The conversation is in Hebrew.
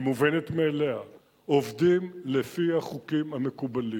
והיא מובנת מאליה: עובדים לפי החוקים המקובלים.